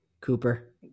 Cooper